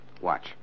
Watch